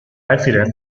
accident